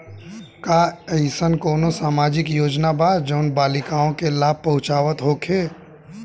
का एइसन कौनो सामाजिक योजना बा जउन बालिकाओं के लाभ पहुँचावत होखे?